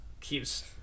keeps